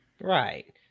Right